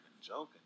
joking